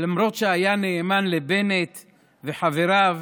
ולמרות שהיה נאמן לבנט וחבריו,